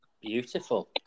Beautiful